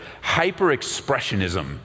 hyper-expressionism